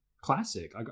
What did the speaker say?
classic